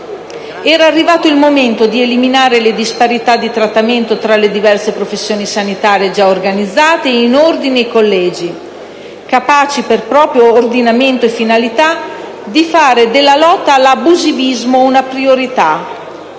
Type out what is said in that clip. Era arrivato il momento di eliminare le disparità di trattamento tra le diverse professioni sanitarie già organizzate in ordini e collegi, capaci per proprio ordinamento e finalità di fare una priorità della lotta all'abusivismo, una piaga